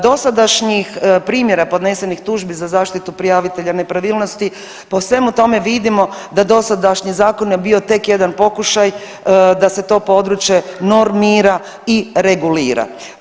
Dosadašnjih primjera podnesenih tužbi za zaštitu prijavitelja nepravilnosti po svemu tome vidimo da dosadašnji zakon je bio tek jedan pokušaj da se to područje normira i regulira.